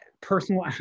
personal